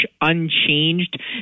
unchanged